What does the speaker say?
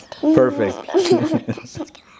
Perfect